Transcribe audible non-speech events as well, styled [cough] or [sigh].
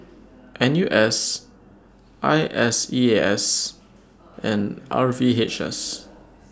[noise] N U S I S E A S and R V H S